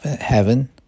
heaven